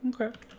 okay